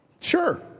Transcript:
Sure